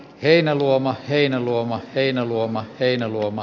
heinäluoma heinäluoma heinäluoma heinäluoma